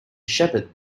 shepherd